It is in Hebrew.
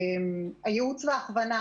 הייעוץ וההכוונה,